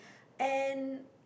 and